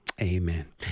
Amen